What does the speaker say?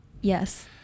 Yes